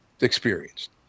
experienced